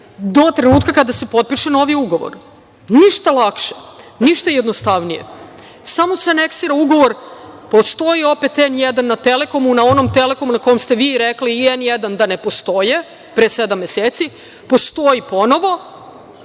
do trenutka kada se potpiše novi ugovor. Ništa lakše, ništa jednostavnije. Samo se aneksira ugovor. Postoji opet „N1“ na „Telekomu“, na onom „Telekomu“ na kom ste vi rekli „N1“ da ne postoje, pre sedam meseci, postoji ponovo